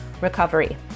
recovery